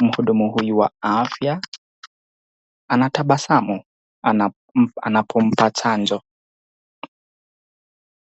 Mhudumu huyu wa afya anatabasamu anapompa chanjo.